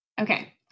Okay